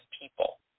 people